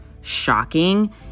shocking